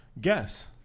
guess